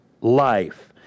life